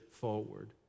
forward